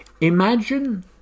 Imagine